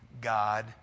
God